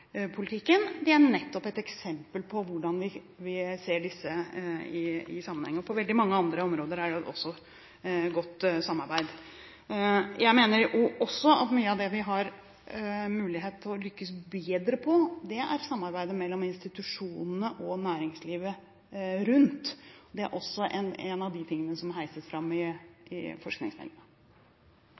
sammenheng. På veldig mange andre områder er det også godt samarbeid. Jeg mener også at mye av det vi har mulighet til å lykkes bedre med, er samarbeidet mellom institusjonene og næringslivet rundt. Det er også en av de tingene som må heises fram i forbindelse med forskningsmeldingen. Representanten Warloe – til ny replikk. Jeg benytter anledningen som jeg sjelden ellers får, til å ta en oppfølgende replikk på dette. Jeg ser i